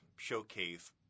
showcase